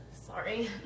Sorry